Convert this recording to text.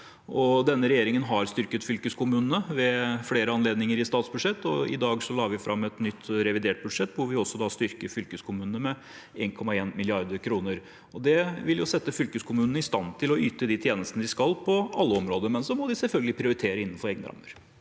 Denne regjeringen har styrket fylkeskommunene ved flere anledninger i forbindelse med statsbudsjett, og i dag la vi fram et revidert nasjonalbudsjett hvor vi styrker fylkeskommunene med 1,1 mrd. kr. Det vil sette fylkeskommunene i stand til å yte de tjenestene de skal yte, på alle områder, men de må selvfølgelig prioritere innenfor egne rammer.